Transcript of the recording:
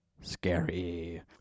scary